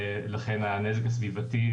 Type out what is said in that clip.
לכן הנזק הסביבתי,